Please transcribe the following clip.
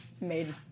made